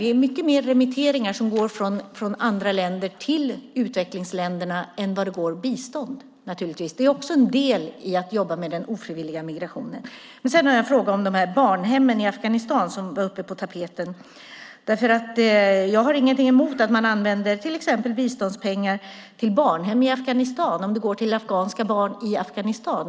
Det är mycket mer remitteringar som går från andra länder till utvecklingsländerna än det går bistånd naturligtvis. Det är också en del i att jobba med den ofrivilliga migrationen. Sedan har jag en fråga om barnhemmen i Afghanistan som var på tapeten. Jag har ingenting emot att man använder till exempel biståndspengar till barnhem i Afghanistan om de går till afghanska barn i Afghanistan.